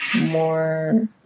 more